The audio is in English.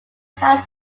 had